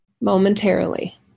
momentarily